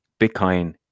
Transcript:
Bitcoin